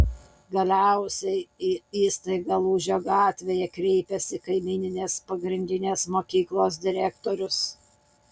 galiausiai į įstaigą lūžio gatvėje kreipiasi kaimyninės pagrindinės mokyklos direktorius